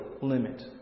limit